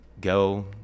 Go